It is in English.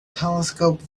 telescope